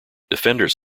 defenders